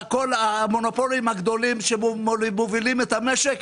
כל המונופולים הגדולים שמובילים את המשק,